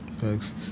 Thanks